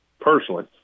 personally